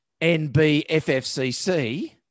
NBFFCC